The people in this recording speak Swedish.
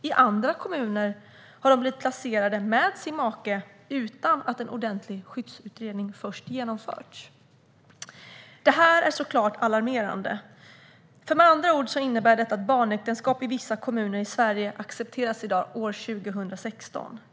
I andra kommuner har de blivit placerade med sin make utan att en ordentlig skyddsutredning först genomförts. Det här är såklart alarmerande. Med andra ord innebär detta att barnäktenskap i vissa kommuner i Sverige accepteras i dag år 2016.